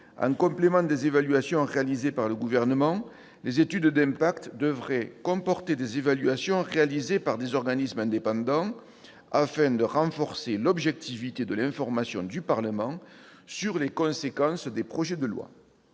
en complément des évaluations réalisées par le Gouvernement, les études d'impact devront comporter des évaluations réalisées par des organismes indépendants, afin de renforcer l'objectivité de l'information du Parlement sur les conséquences des projets de loi.